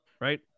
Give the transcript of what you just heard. right